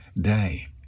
day